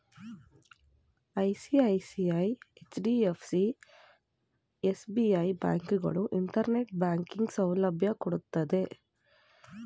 ICICI, HDFC, SBI, ಬ್ಯಾಂಕುಗಳು internet banking ಸೌಲಭ್ಯ ಕೊಡ್ತಿದ್ದೆ